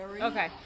Okay